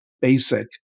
basic